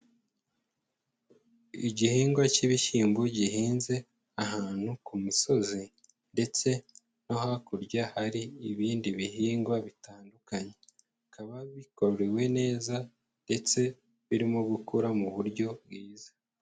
Igihingwa cy'ibishyimbo gihinze ahantu ku misozi ndetse no hakurya hari ibindi bihingwa bitandukanye, bikaba bikorewe neza ndetse birimo gukura mu buryo bwiza.